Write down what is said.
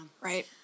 Right